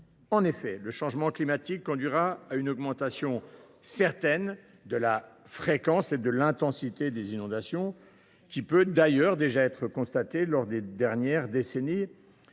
En effet, le changement climatique conduira à une augmentation certaine de la fréquence et de l’intensité des inondations, qui a déjà été constatée lors des dernières décennies.